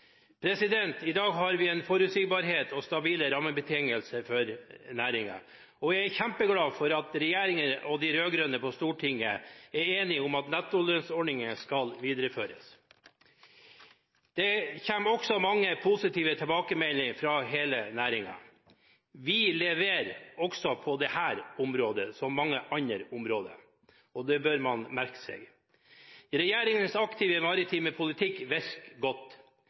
I dag har vi forutsigbarhet og stabile rammebetingelser for næringen. Jeg er kjempeglad for at regjeringen og de rød-grønne på Stortinget er enige om at nettolønnsordningen skal videreføres. Det kommer også mange positive tilbakemeldinger fra hele næringen. Vi leverer – på dette området som på så mange andre områder – og det bør man merke seg. Regjeringens aktive maritime politikk virker godt.